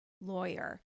lawyer